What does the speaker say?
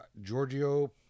Giorgio